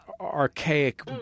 archaic